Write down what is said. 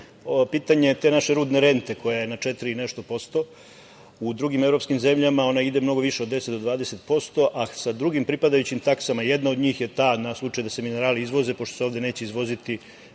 pitanje te naše rudne rente koja je na četiri i nešto posto. U drugim evropskim zemljama ona ide mnogo više, od 10% do 20%, a sa drugim pripadajućim taksama, jedna od njih je ta za slučaj da se minerali izvoze, pošto se ovde neće izvoziti